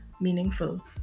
meaningful